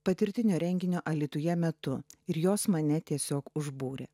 patirtinio renginio alytuje metu ir jos mane tiesiog užbūrė